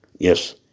Yes